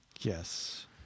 Yes